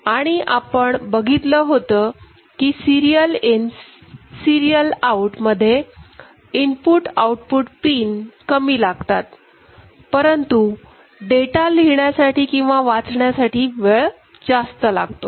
आणि आपण बघितलं होतं कि सिरीयल इन सिरीयल आऊट मध्ये इनपुट आऊटपुट पिन कमी लागतात परंतु डेटा लिहिण्यासाठी किंवा वाचण्यासाठी वेळ जास्त लागतो